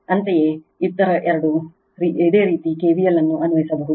ಅಂತೆಯೇ ಇತರ ಎರಡು ಇದೇ ರೀತಿ k v l ಅನ್ನು ಅನ್ವಯಿಸಬಹುದು